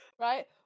right